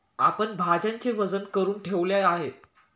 आपण भाज्यांचे वजन करुन ठेवले आहे